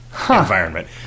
environment